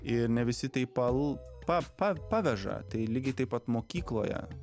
ir ne visi tai pal pa pa paveža tai lygiai taip pat mokykloje